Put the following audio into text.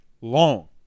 long